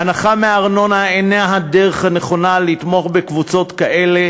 הנחה בארנונה אינה הדרך הנכונה לתמוך בקבוצות כאלה